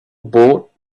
bought